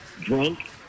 drunk